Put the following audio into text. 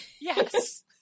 Yes